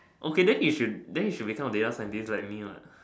okay then you should then you should become a data scientist like me what